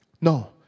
No